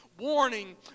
Warning